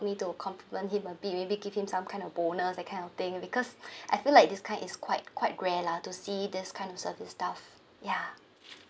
me to compliment him a bit maybe give him some kind of bonus that kind of thing because I feel like this kind is quite quite rare lah to see this kind of service staff ya